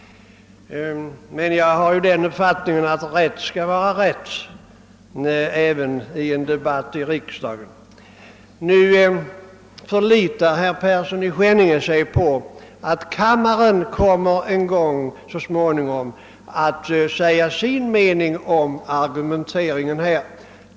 Men jag har den uppfattningen att rätt skall vara rätt även i en riksdagsdebatt. Herr Persson i Skänninge förlitar sig på att kammaren kommer att säga sin mening om utskottets argumentering.